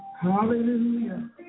Hallelujah